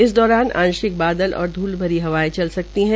इस दौरान आंशिक बादल और धूलभरी हवायें चल सकती है